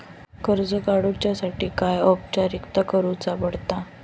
कर्ज काडुच्यासाठी काय औपचारिकता करुचा पडता?